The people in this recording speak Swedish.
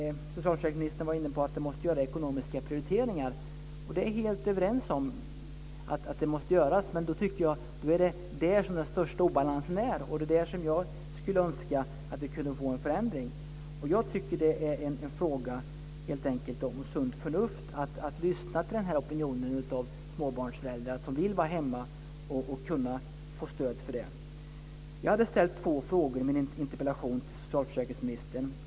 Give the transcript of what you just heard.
Socialförsäkringsministern var inne på att man måste göra ekonomiska prioriteringar. Jag är helt överens om att de måste göras. Det är där som den största obalansen är. Jag skulle önska en förändring där. Det är en fråga om sunt förnuft, att lyssna till opinionen av småbarnsföräldrar som vill få stöd för att kunna vara hemma. Jag hade ställt två frågor i min interpellation till socialförsäkringsministern.